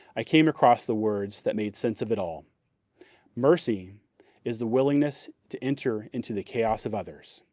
i came across the words that made sense of it all mercy is the willingness to enter into the chaos of others.